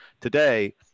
Today